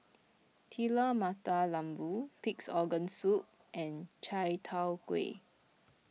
Telur Mata Lembu Pig's Organ Soup and Chai Tow Kuay